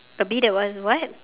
a bee that was what